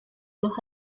los